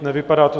Nevypadá to.